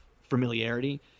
familiarity